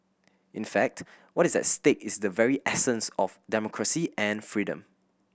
in fact what is at stake is the very essence of democracy and freedom